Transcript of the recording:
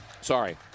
sorry